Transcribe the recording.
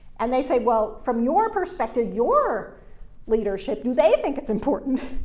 and they say, well, from your perspective, your leadership, do they think it's important?